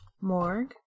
Morg